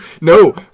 no